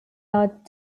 out